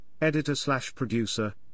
editor-slash-producer